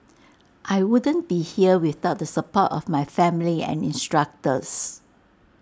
I wouldn't be here without the support of my family and instructors